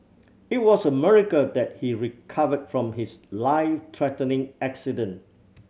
it was a miracle that he recovered from his life threatening accident